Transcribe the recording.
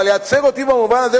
אבל לייצג אותי במובן הזה,